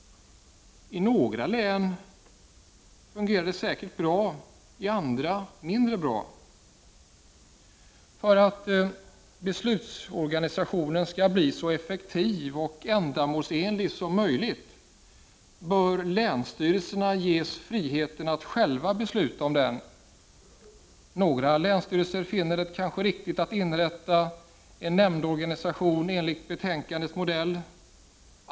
I några län fungerar den säkert bra, i andra mindre bra. För att beslutsorganisationen skall bli så effektiv och ändamålsenlig som möjligt bör länsstyrelserna ges frihet att själva besluta om den. Några länsstyrelser finner det kanske riktigt att inrätta en nämndorganisation enligt modellen i betänkandet.